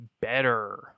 better